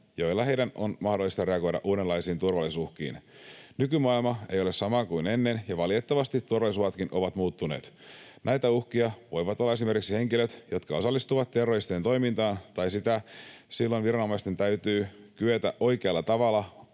joilla heidän on mahdollista reagoida uudenlaisiin turvallisuusuhkiin. Nykymaailma ei ole sama kuin ennen, ja valitettavasti turvallisuusuhatkin ovat muuttuneet. Näitä uhkia voivat olla esimerkiksi henkilöt, jotka osallistuvat terroristiseen toimintaan. Silloin viranomaisten täytyy kyetä oikealla tavalla,